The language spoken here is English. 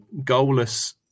goalless